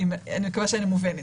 אני מקווה שאני מובנת.